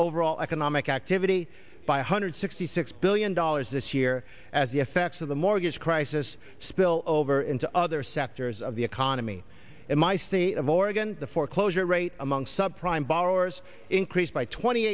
overall economic activity by a hundred sixty six billion dollars this year as the effects of the mortgage crisis spill over into other sectors of the economy in my state of oregon the foreclosure rate among subprime borrowers increased by twenty